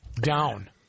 down